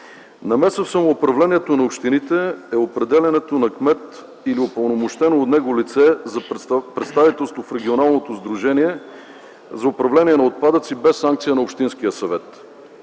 Намеса в самоуправлението на общините е определянето на кмет или упълномощено от него лице за представителство в регионалното сдружение за управление на отпадъци без санкция на общинския съвет.